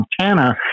Montana